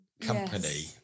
company